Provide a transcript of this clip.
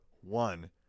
one